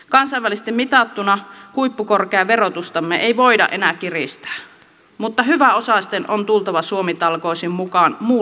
kansainvälisesti mitattuna huippukorkeaa verotustamme ei voida enää kiristää mutta hyväosaisten on tultava suomi talkoisiin mukaan muulla tavoin